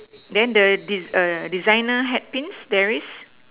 then the des~ err designer hair pins there is